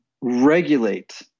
regulate